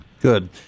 Good